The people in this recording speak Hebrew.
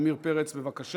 עמיר פרץ, בבקשה.